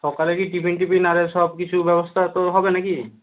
সকালে কি tiffin tiffin আর সবকিছু ব্যবস্থা তো হবে না কি